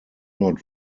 not